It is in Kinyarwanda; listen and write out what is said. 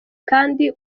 kandi